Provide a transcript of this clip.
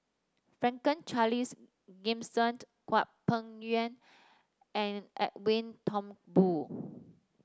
Franklin Charles Gimson Hwang Peng Yuan and Edwin Thumboo